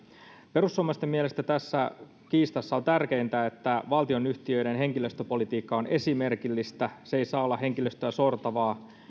perussuomalaisten mielestä tässä kiistassa on tärkeintä että valtionyhtiöiden henkilöstöpolitiikka on esimerkillistä se ei saa olla henkilöstöä sortavaa